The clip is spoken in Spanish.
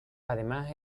además